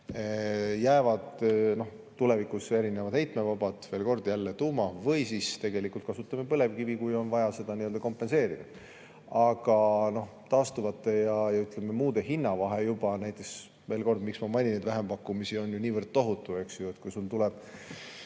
Jäävad tulevikus erinevad heitmevabad, veel kord jälle tuuma[energia], või siis tegelikult kasutame põlevkivi, kui on vaja kompenseerida. Aga taastuvate ja muude hinnavahe juba, veel kord, miks ma mainin neid vähempakkumisi, on niivõrd tohutu. Kui sul tuleb